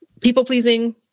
people-pleasing